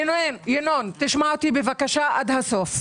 ינון, תשמע אותי בבקשה עד הסוף.